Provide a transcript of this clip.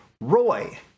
Roy